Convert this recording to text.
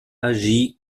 agit